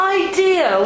idea